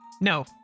No